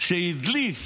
שהדליף